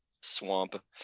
swamp